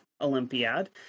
Olympiad